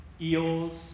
eels